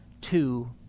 two